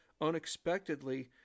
unexpectedly